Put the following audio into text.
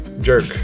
jerk